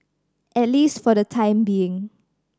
at least for the time being